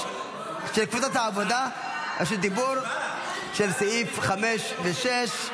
לקבוצת העבודה רשות דיבור של סעיפים 5 ו-6.